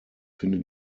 finde